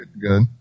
good